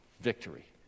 victory